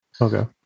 okay